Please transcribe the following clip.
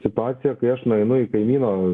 situaciją kai aš nueinu į kaimyno